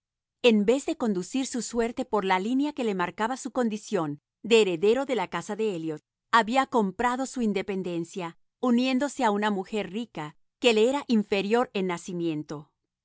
en vez de conducir su suerte por la línea que le marcaba su condición de heredero de la casa de elliot había comprado su independencia uniéndose a una mujer rica que le era inferior en nacimiento